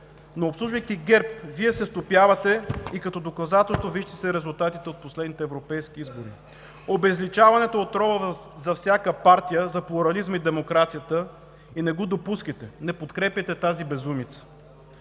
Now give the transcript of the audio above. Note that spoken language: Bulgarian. Обслужвайки ГЕРБ, Вие се стопявате и като доказателство си вижте резултатите от последните европейски избори. Обезличаването е отрова за всяка партия, за плурализма и демокрацията. Не го допускайте! Не подкрепяйте тази безумица!